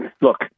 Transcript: look